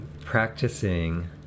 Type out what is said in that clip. practicing